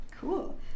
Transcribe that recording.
Cool